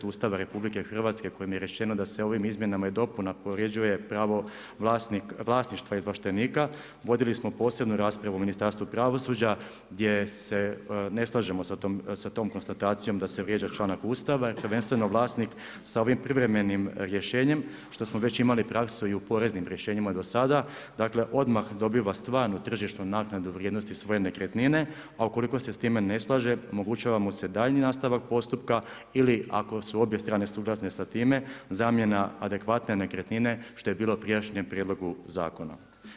Ustava RH, kojim je rečeno da se ovim izmjenama i dopunama povrjeđuje pravo vlasništva i ovlaštenika, vodili smo posebnu raspravu u Ministarstvu pravosuđa, gdje se ne slažemo sa tom konstatacijom da se vrijeđa članak Ustava, prvenstveno vlasnik sa ovim privremenim rješenjem, što smo već imali praksu i u poreznim rješenjima do sada, dakle odmah dobiva stvarnu tržišnu naknadu u vrijednosti svoje nekretnine, a ukoliko se s time ne slaže omogućava mu se daljnji nastavak postupka ili ako se obje strane suglasne sa time, zamjena adekvatne nekretnine, što je bilo u prijašnjem prijedlogu zakonom.